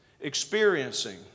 experiencing